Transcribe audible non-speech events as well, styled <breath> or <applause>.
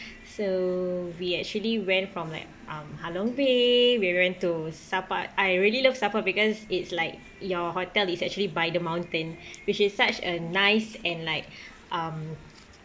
so we actually went from like um halong bay we went to sapa I I really love sapa because it's like your hotel is actually by the mountain <breath> which is such a nice and like um